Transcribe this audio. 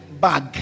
bag